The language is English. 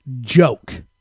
joke